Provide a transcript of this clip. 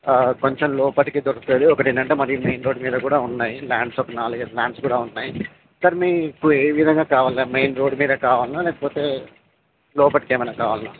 కొంచెం లోపటికి దొరుకుతది ఒకటి ఏంటంటే మరీ మెయిన్ రోడ్ మీదకి కూడా ఉన్నాయి ల్యాండ్స్ ఒక నాలుగైదు ల్యాండ్స్ కూడా ఉన్నాయి సార్ మీకు ఏ విధంగా కావాల మెయిన్ రోడ్డు మీద కావాల్నా లేకపోతే లోపటికి ఏమైనా కావాల్నా